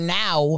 now